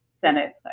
Senate